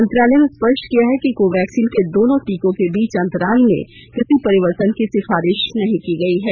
मंत्रालय ने स्पष्ट किया कि कोवैक्सीन के दोनों टीकों के बीच अंतराल में किसी परिवर्तन की सिफारिश नहीं की गई है